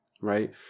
right